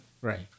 Right